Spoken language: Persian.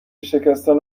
شکستن